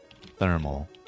thermal